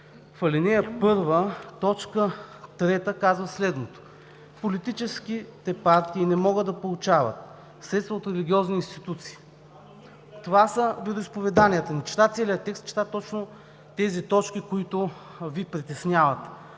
ал. 1, т. 3 се казва следното: „политическите партии не могат да получават средства от религиозни институции“. Това са вероизповеданията и не чета целия текст, а чета точно тези точки, които Ви притесняват: